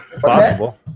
Possible